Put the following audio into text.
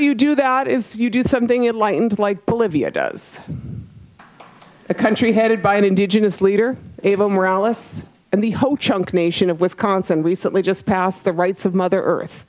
you do that is you do something it lightened like bolivia does a country headed by an indigenous leader able morales and the whole chunk nation of wisconsin recently just passed the rights of mother earth